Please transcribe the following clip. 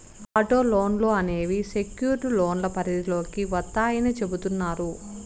auto లోన్లు అనేవి secured లోన్ల పరిధిలోకి వత్తాయని చెబుతున్నారు